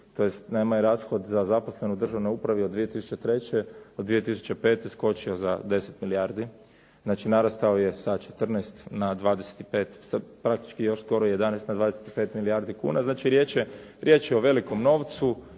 tj. nama je rashod za zaposlene u državnoj upravi od 2003. do 2005. skočio za 10 milijardi, znači narastao je sa 14 na 25, sa praktički još skoro 11 na 25 milijardi kuna, znači riječ je o velikom novcu,